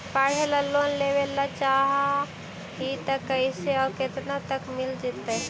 पढ़े ल लोन लेबे ल चाह ही त कैसे औ केतना तक मिल जितै?